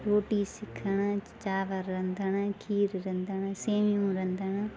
रोटी सिखणु चांवर रंधणु खीर रंधणु सयूं रंधणु